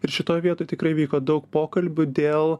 ir šitoj vietoj tikrai vyko daug pokalbių dėl